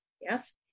Yes